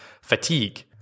fatigue